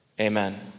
amen